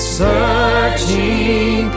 searching